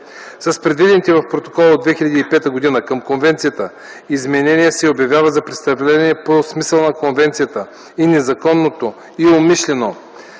С предвидените в Протокола от 2005 г. към Конвенцията изменения се обявява за престъпление по смисъла на Конвенцията и незаконното и умишлено